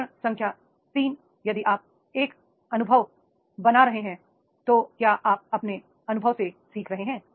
चरण संख्या 3 यदि आप एक अनुभव बना रहे हैं तो क्या आप अपने अनुभव से सीख रहे हैं